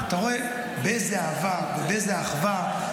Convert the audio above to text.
אתה רואה באיזו אהבה ובאיזו אחווה.